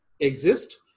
exist